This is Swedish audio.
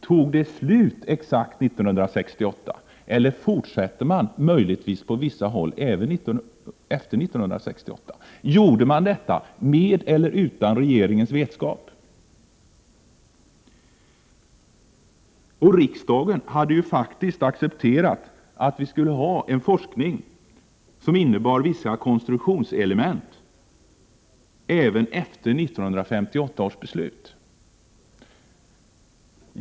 Tog det slut exakt 1968, eller fortsatte man möjligtvis på vissa håll även efter 1968? Gjorde man detta med eller utan regeringens vetskap? Riksdagen hade faktiskt accepterat att vi skulle ha en forskning inkluderande vissa konstruktionselement även efter 1958 års beslut.